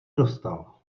dostal